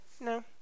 no